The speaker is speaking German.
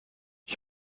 ich